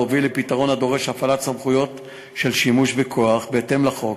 להוביל לפתרון הדורש הפעלת סמכויות של שימוש בכוח בהתאם לחוק.